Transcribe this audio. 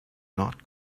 not